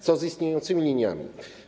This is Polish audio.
Co z istniejącymi liniami?